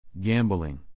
Gambling